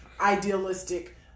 idealistic